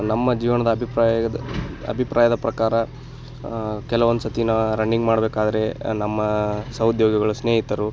ನಮ್ಮ ಜೀವನದ ಅಭಿಪ್ರಾಯದ ಅಭಿಪ್ರಾಯದ ಪ್ರಕಾರ ಕೆಲವೊಂದು ಸರ್ತಿ ನಾನು ರಣ್ಣಿಂಗ್ ಮಾಡಬೇಕಾದ್ರೆ ನಮ್ಮ ಸಹೋದ್ಯೋಗಿಗಳು ಸ್ನೇಹಿತರು